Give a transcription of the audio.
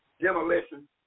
demolition